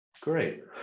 great